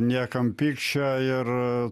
niekam pykčio ir